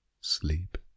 sleep